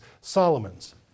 Solomon's